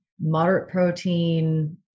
moderate-protein